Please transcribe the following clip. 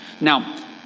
Now